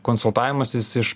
konsultavimasis iš